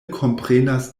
komprenas